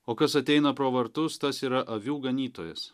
o kas ateina pro vartus tas yra avių ganytojas